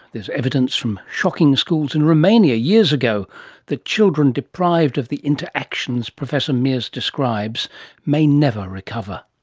there's evidence from shocking schools in romania years ago that children deprived of the interactions professor meares describes may never recover.